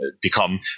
become